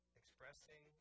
expressing